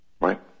Right